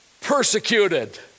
persecuted